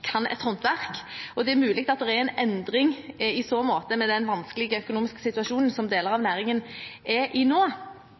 kan et håndverk. Det er mulig det er en endring i så måte med den vanskelige økonomiske situasjonen som deler av næringen er i nå,